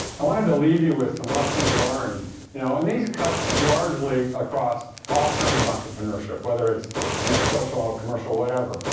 i wanted to leave you with some lessons learned you know and these cut largely across all kinds of entrepreneurship, whether it's you know social or commercial, whatever.